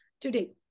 today